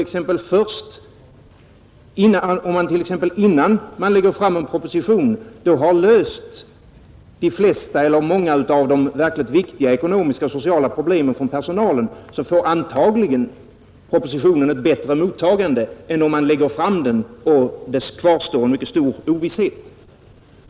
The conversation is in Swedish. Om man t.ex., innan man lägger fram en proposition, har löst de flesta eller många av de verkligt viktiga ekonomiska och sociala problemen för personalen, får propositionen antagligen ett bättre mottagande än om det kvarstår en mycket stor ovisshet.